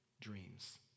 dreams